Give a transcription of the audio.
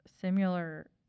similar